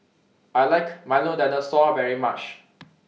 I like Milo Dinosaur very much